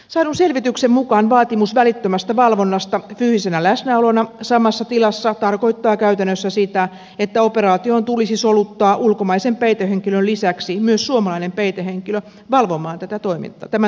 saadun selvityksen mukaan vaatimus välittömästä valvonnasta fyysisenä läsnäolona samassa tilassa tarkoittaa käytännössä sitä että operaatioon tulisi soluttaa ulkomaisen peitehenkilön lisäksi myös suomalainen peitehenkilö valvomaan tämän toimintaa